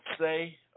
say